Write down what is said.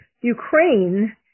Ukraine